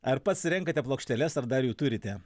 ar pats renkate plokšteles ar dar jų turite